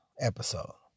episode